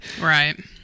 Right